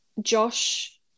Josh